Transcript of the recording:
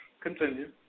Continue